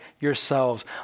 yourselves